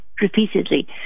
repeatedly